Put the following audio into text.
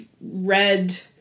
red